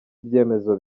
ibyemezo